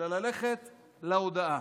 אלא ללכת להודעה.